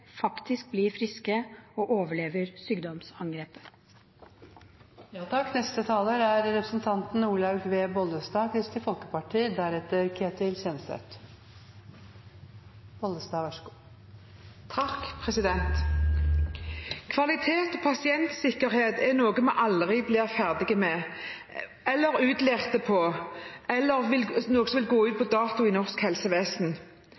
faktisk blir friske og overlever sykdomsangrepet. Kvalitet og pasientsikkerhet er noe vi aldri blir ferdig med eller utlært i – eller noe som vil gå ut på dato i norsk helsevesen. Vi hadde aldri hatt de resultatene for hjerteinfarkt eller